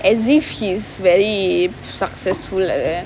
as if he's very successful like that